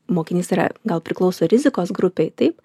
mokinys yra gal priklauso rizikos grupei taip